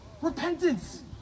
repentance